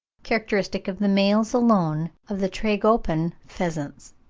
characteristic of the males alone of the tragopan pheasants.